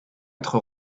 être